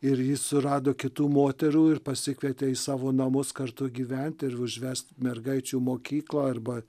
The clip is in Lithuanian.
ir ji surado kitų moterų ir pasikvietė į savo namus kartu gyventi ir užvest mergaičių mokyklą arba